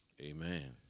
Amen